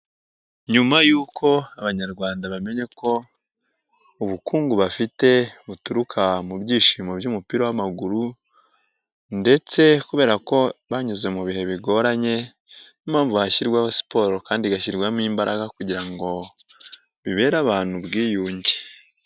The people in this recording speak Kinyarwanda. Nyuma y'uko Abanyarwanda bamenya ko ubukungu bafite buturuka mu byishimo by'umupira w'amaguru ndetse kubera ko banyuze mu bihe bigoranye n'impamvu hashyirwaho siporo kandi igashyirwamo imbaraga kugira ngo bibere abantu ubwiyunge.